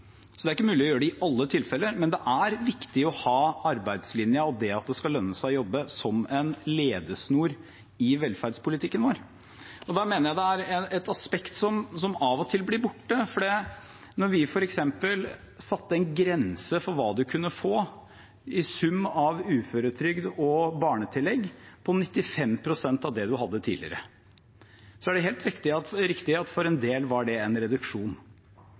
Så det er ikke mulig å gjøre det i alle tilfeller, men det er viktig å ha arbeidslinjen og det at det skal lønne seg å jobbe, som en ledesnor i velferdspolitikken vår. Jeg mener det er et aspekt som av og til blir borte. Da vi f.eks. satte en grense for hva man kunne få i sum av uføretrygd og barnetillegg på 95 pst. av det man hadde tidligere, er det helt riktig at for en del var det en reduksjon,